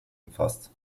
umfasst